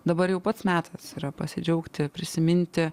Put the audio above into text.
dabar jau pats metas yra pasidžiaugti prisiminti